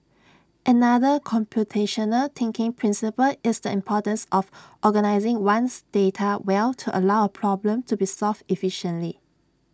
another computational thinking principle is the importance of organising one's data well to allow A problem to be solved efficiently